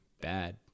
bad